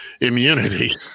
Immunity